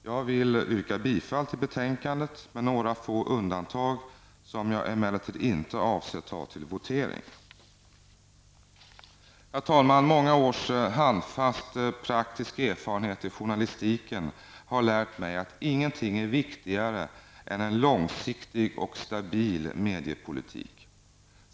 Jag vill yrka bifall till hemställan i betänkandet med några få undantag som jag emellertid inte avser att begära votering på. Herr talman! Många års handfast praktisk erfarenhet i journalistiken har lärt mig att ingenting är viktigare än en långsiktig och stabil mediepolitik.